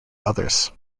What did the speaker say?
others